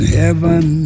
heaven